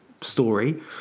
story